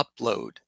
upload